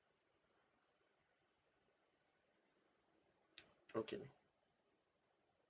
okay